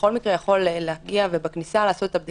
בכל מקרה יכול להגיע ולעשות את הבדיקה בכניסה.